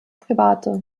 private